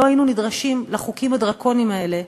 לא היינו נדרשים לחוקים הדרקוניים האלה,